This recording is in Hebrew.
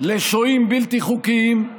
לשוהים בלתי חוקיים,